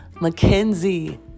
Mackenzie